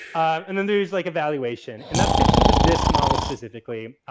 and then there is like evaluation and that fits into this model specifically.